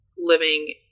living